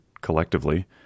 Collectively